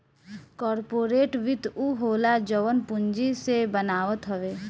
corporate वित्त उ होला जवन पूंजी जे बनावत हवे